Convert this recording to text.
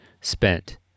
spent